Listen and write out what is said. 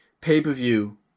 pay-per-view